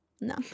no